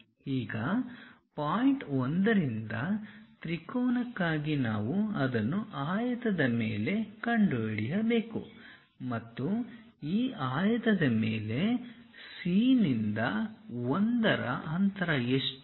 ಈಗ ಪಾಯಿಂಟ್ 1 ರಿಂದ ತ್ರಿಕೋನಕ್ಕಾಗಿ ನಾವು ಅದನ್ನು ಆಯತದ ಮೇಲೆ ಕಂಡುಹಿಡಿಯಬೇಕು ಮತ್ತು ಆ ಆಯತದ ಮೇಲೆ C ನಿಂದ 1 ರ ಅಂತರ ಎಷ್ಟು